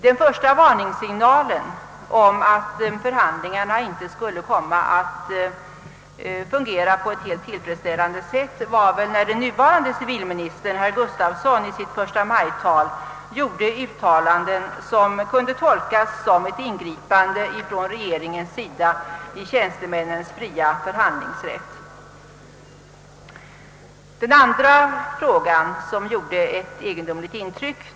Den första varningssignalen om att förhandlingarna inte skulle komma att förlöpa helt friktionsfritt kom när civilminister Gustafsson i sitt förstamajtal gjorde uttalanden som kunde tolkas såsom ett ingripande från regeringens sida i tjänstemännens fria förhandlingsrätt.